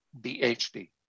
BHD